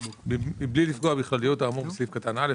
בלי לפגוע בכלליות האמור בסעיף קטן (א),